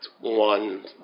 one